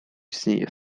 istnieje